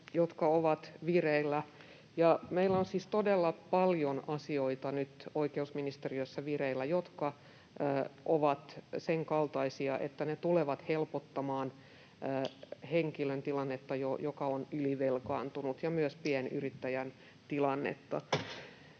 nyt siis vireillä todella paljon asioita, jotka ovat senkaltaisia, että ne tulevat helpottamaan sellaisen henkilön tilannetta, joka on ylivelkaantunut, ja myös pienyrittäjän tilannetta.